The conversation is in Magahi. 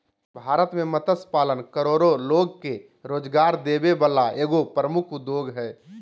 भारत में मत्स्य पालन करोड़ो लोग के रोजगार देबे वला एगो प्रमुख उद्योग हइ